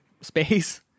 space